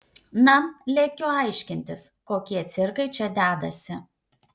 na lekiu aiškintis kokie cirkai čia dedasi